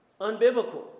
unbiblical